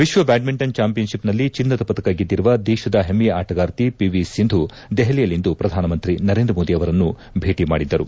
ವಿಶ್ವ ಬ್ವಾಡ್ಡಿಂಟನ್ ಚಾಂಪಿಯನ್ಶಿಪ್ನಲ್ಲಿ ಚಿನ್ನದ ಪದಕ ಗೆದ್ದಿರುವ ದೇಶದ ಹೆಮ್ನೆಯ ಆಟಗಾರ್ತಿ ಪಿ ವಿ ಸಿಂಧು ದೆಹಲಿಯಲ್ಲಿಂದು ಪ್ರಧಾನಮಂತ್ರಿ ನರೇಂದ್ರ ಮೋದಿ ಅವರನ್ನು ಭೇಟಿ ಮಾಡಿದ್ದರು